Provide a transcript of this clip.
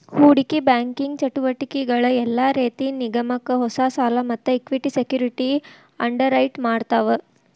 ಹೂಡಿಕಿ ಬ್ಯಾಂಕಿಂಗ್ ಚಟುವಟಿಕಿಗಳ ಯೆಲ್ಲಾ ರೇತಿ ನಿಗಮಕ್ಕ ಹೊಸಾ ಸಾಲಾ ಮತ್ತ ಇಕ್ವಿಟಿ ಸೆಕ್ಯುರಿಟಿ ಅಂಡರ್ರೈಟ್ ಮಾಡ್ತಾವ